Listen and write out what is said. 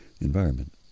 environment